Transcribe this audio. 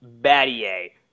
Battier